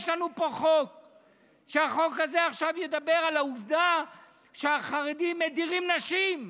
יש לנו פה חוק שידבר על העובדה שהחרדים מדירים נשים.